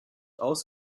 aus